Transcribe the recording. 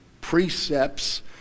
precepts